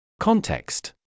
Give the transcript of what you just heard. Context